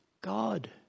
God